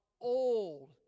old